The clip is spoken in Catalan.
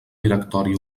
directori